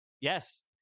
Yes